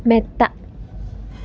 മെത്ത